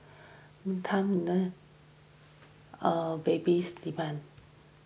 time none babies demand